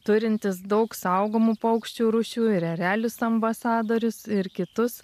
turintis daug saugomų paukščių rūšių ir erelis ambasadorius ir kitus